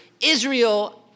Israel